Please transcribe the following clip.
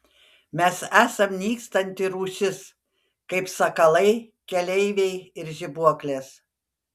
mes esam nykstanti rūšis kaip sakalai keleiviai ir žibuoklės